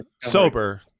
sober